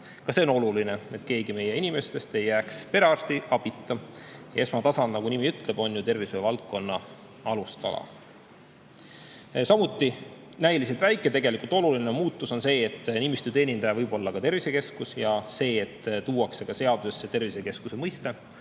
leida. On oluline, et keegi meie inimestest ei jääks perearstiabita. Esmatasand, nagu nimigi ütleb, on ju tervishoiuvaldkonna alustala. Samuti näiliselt väike, aga tegelikult oluline muutus on see, et nimistu teenindaja võib olla ka tervisekeskus. Seadusesse tuuakse tervisekeskuse mõiste.